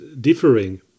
differing